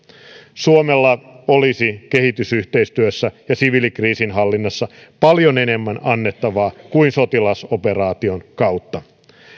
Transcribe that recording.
suomella olisi kehitysyhteistyössä ja siviilikriisinhallinnassa paljon enemmän annettavaa kuin sotilasoperaation kautta